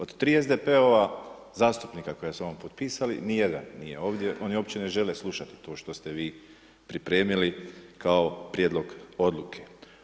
Od 3 SDP-ova zastupnika koja su vam potpisali ni jedan nije ovdje, oni uopće ne žele slušati to što ste vi pripremili kao prijedlog odluke.